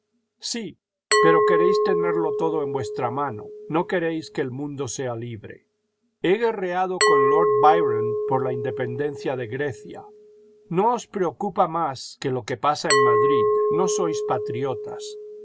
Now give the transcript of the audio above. vsí pero queréis tenerlo todo en vuestra mano no queréis que el mundo sea libre he guerreado con lord byron por la independencia de grecia no os preocupa más que lo que pasa en míidrid no sois patriotas